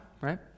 right